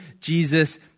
Jesus